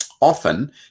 often